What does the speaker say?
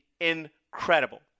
incredible